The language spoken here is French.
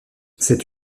cette